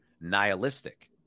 nihilistic